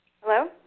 Hello